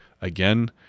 again